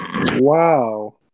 wow